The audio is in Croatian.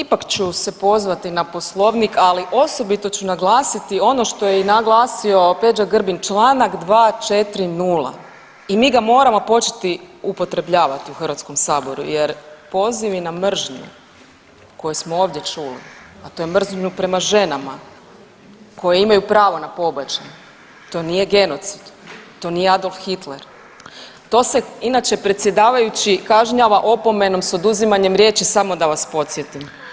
Pa ipak ću se pozvati na Poslovnik, ali osobito ću naglasiti ono što je i naglasio Peđa Grbin, čl. 240. i mi ga moramo početi upotrebljavati u HS jer pozivi na mržnju koju smo ovdje čuli, a to je mržnju prema ženama koje imaju prava na pobačaj, to nije genocid, to nije Adolf Hitler, to se inače predsjedavajući kažnjava opomenom s oduzimanjem riječi samo da vas podsjetim.